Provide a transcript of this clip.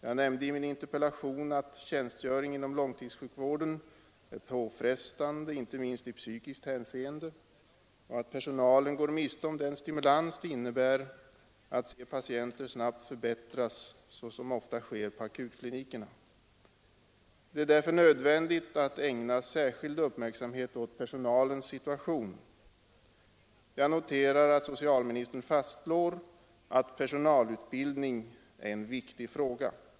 Jag nämnde i min interpellation att tjänstgöringen inom långtidsjukvården är påfrestande inte minst i psykiskt hänseende och att personalen går miste om den stimulans som det innebär att se patienter snabbt förbättras, såsom ofta sker på akutklinikerna. Det är därför nödvändigt att ägna särskild uppmärksamhet åt personalens situation. Jag noterar att socialministern fastslår att personalutbild ning är en viktig fråga.